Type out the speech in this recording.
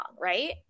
right